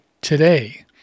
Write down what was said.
today